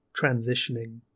transitioning